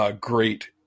great